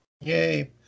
Yay